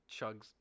chugs